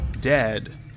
dead